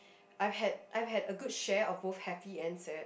I've had I've had a good share of both happy and sad